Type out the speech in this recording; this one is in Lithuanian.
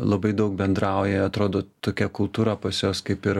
labai daug bendrauja atrodo tokia kultūra pas juos kaip ir